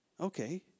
okay